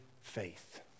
faith